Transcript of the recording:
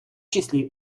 числі